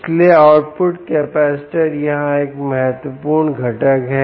इसलिए output capacitor यहां एक महत्वपूर्ण घटक है